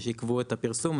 שעיכבו את הפרסום.